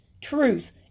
truth